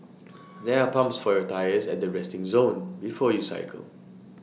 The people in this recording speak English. there are pumps for your tyres at the resting zone before you cycle